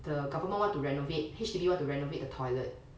the government want to renovate H_D_B want to renovate the toilet